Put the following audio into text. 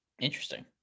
Interesting